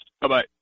Bye-bye